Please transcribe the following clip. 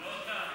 לא תם.